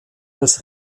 als